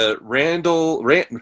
Randall